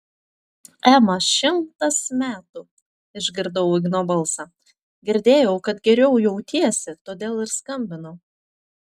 ema šimtas metų išgirdau igno balsą girdėjau kad geriau jautiesi todėl ir skambinu